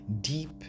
deep